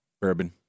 Bourbon